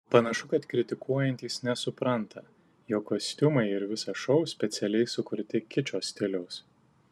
panašu kad kritikuojantys nesupranta jog kostiumai ir visas šou specialiai sukurti kičo stiliaus